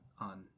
on